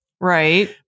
right